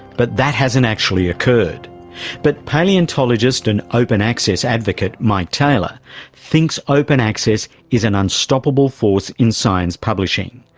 but that hasn't actually occurred but palaeontologist and open access advocate mike taylor thinks open access is an unstoppable force in science publishing.